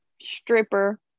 stripper